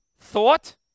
thought